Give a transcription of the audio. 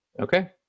okay